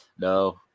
No